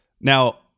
now